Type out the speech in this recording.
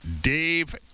Dave